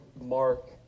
Mark